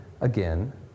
again